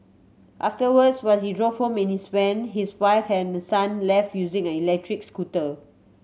afterwards while he drove home in his van his wife and son left using an electric scooter